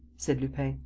said lupin.